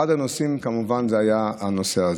אחד הנושאים, כמובן, היה הנושא הזה.